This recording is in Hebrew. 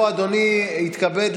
משתכר,